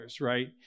right